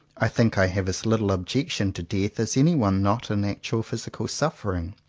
i think i have as little objection to death as anyone not in actual physical suffering.